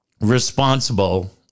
responsible